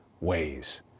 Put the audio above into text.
ways